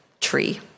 tree